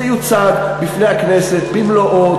זה יוצג בפני הכנסת במלואו,